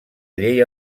llei